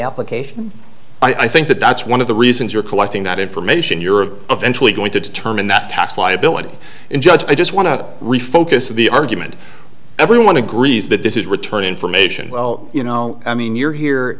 application i think that that's one of the reasons you're collecting that information you're of eventually going to determine the tax liability and judge i just want to refocus the argument everyone agrees that this is return information well you know i mean you're here